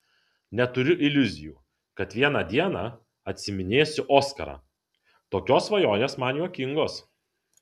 neturiu iliuzijų kad vieną dieną atsiiminėsiu oskarą tokios svajonės man juokingos